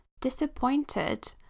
disappointed